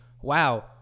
wow